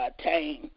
attain